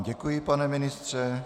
Děkuji vám, pane ministře.